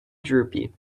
droopy